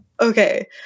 Okay